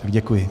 Děkuji.